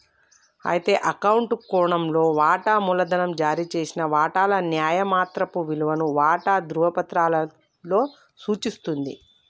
అయితే అకౌంట్ కోణంలో వాటా మూలధనం జారీ చేసిన వాటాల న్యాయమాత్రపు విలువను వాటా ధ్రువపత్రాలలో సూచిస్తుంది